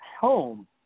home